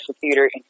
theater